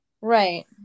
Right